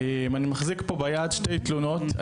אני מחזיק פה ביד שתי תלונות,